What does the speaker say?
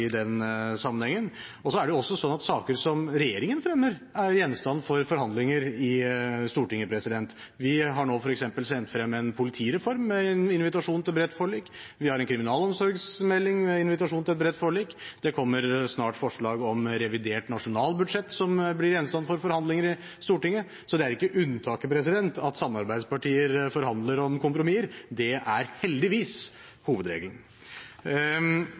i den sammenhengen. Så er det jo også slik at saker som regjeringen fremmer, er gjenstand for forhandlinger i Stortinget. Vi har nå f.eks. sendt frem en politireform med en invitasjon til et bredt forlik, vi har en kriminalomsorgsmelding med invitasjon til et bredt forlik, og det kommer snart forslag om revidert nasjonalbudsjett, som blir gjenstand for forhandlinger i Stortinget. Så det er ikke unntaket at samarbeidspartier forhandler om kompromisser; det er – heldigvis – hovedregelen.